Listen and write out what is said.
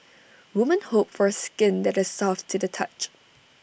women hope for skin that is soft to the touch